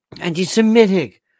anti-Semitic